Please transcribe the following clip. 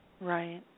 Right